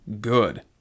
good